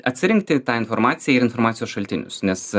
atsirinkti tą informaciją ir informacijos šaltinius nes